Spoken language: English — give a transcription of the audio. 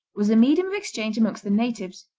was a medium of exchange among the natives.